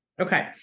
Okay